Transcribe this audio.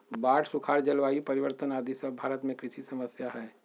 बाढ़, सुखाड़, जलवायु परिवर्तन आदि सब भारत में कृषि समस्या हय